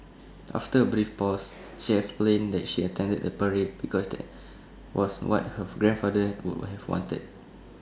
after A brief pause she explained that she attended the parade because that was what her grandfather would have wanted